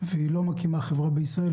והיא לא מקימה חברות בישראל,